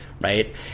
right